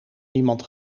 niemand